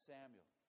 Samuel